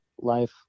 life